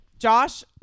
Josh